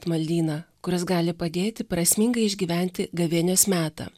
maldyną kuris gali padėti prasmingai išgyventi gavėnios metą